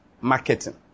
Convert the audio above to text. Marketing